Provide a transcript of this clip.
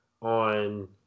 on